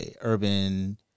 urban